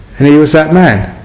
and he was that man.